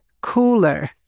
cooler